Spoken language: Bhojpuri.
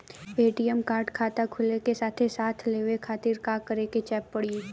ए.टी.एम कार्ड खाता खुले के साथे साथ लेवे खातिर का करे के पड़ी?